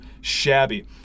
shabby